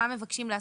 מה מבקשים לעשות,